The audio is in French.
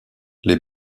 les